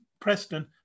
Preston